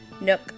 Nook